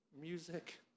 music